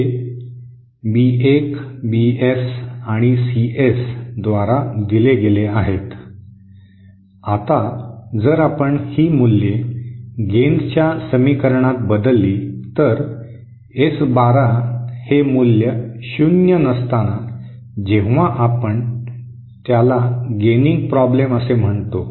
हे B 1 BS आणि CS द्वारा दिले गेले आहेत आता जर आपण ही मूल्ये गेनच्या समीकरणात बदलली तर एस 12 हे मूल्य शून्य नसताना जेव्हा आपण त्याला गेनिंग प्रश्न असे म्हणतो